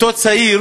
אותו צעיר